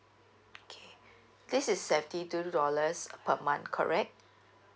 okay this is seventy two dollars per month correct